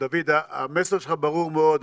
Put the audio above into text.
דוד, המסר שלך ברור מאוד.